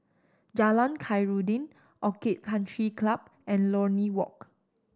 Jalan Khairuddin Orchid Country Club and Lornie Walk